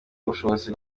ubushobozi